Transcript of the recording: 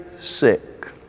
sick